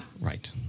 Right